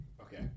Okay